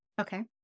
Okay